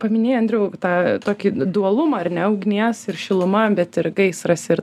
paminėjai andriau tą tokį dualumą ar ne ugnies ir šiluma bet ir gaisras ir